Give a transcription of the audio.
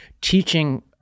teaching